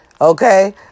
Okay